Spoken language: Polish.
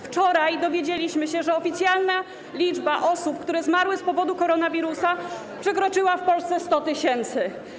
Wczoraj dowiedzieliśmy się, że oficjalna liczba osób, które zmarły z powodu koronawirusa, przekroczyła w Polsce 100 tys.